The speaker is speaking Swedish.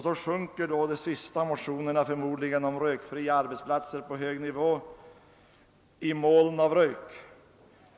Så sjunker då de sista motionerna om rökfria arbetsplatser på hög nivå ned i ett moln av rök.